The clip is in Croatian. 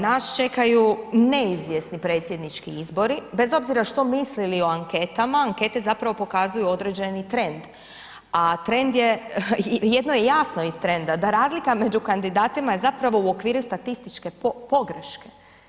Nas čekaju neizvjesni predsjednički izbori bez obzira što mislili o anketama, ankete zapravo pokazuju određeni trend a trend je, jedno je jasno iz trenda, da razlika među kandidatima je zapravo u okviru statističke pogreške.